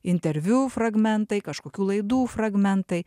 interviu fragmentai kažkokių laidų fragmentai